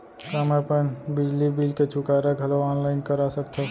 का मैं अपन बिजली बिल के चुकारा घलो ऑनलाइन करा सकथव?